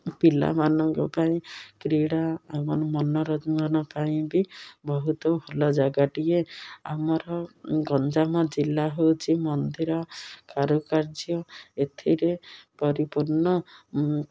ପିଲାମାନଙ୍କ ପାଇଁ କ୍ରୀଡ଼ା ଏବଂ ମନୋରଞ୍ଜନ ପାଇଁ ବି ବହୁତ ଭଲ ଜାଗାଟିଏ ଆମର ଗଞ୍ଜାମ ଜିଲ୍ଲା ହେଉଛି ମନ୍ଦିର କାରୁକାର୍ଯ୍ୟ ଏଥିରେ ପରିପୂର୍ଣ୍ଣ